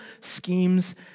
schemes